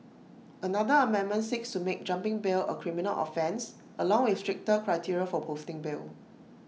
another amendment seeks to make jumping bail A criminal offence along with stricter criteria for posting bail